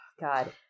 God